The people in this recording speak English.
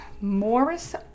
morris